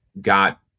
got